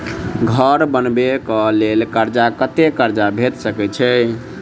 घर बनबे कऽ लेल कर्जा कत्ते कर्जा भेट सकय छई?